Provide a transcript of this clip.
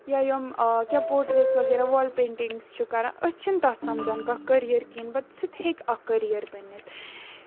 یا یِم کینٛہہ پوٹریٹٕس وغیرہ وال پینٹِنگٕس چھِ کران أسۍ چھِنہٕ تتھ سَمجھان کٔریر کِہینۍ بَٹ سُہ تہِ ہیٚکہِ اکھ کٔریر بٔنِتھ